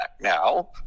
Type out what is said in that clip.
now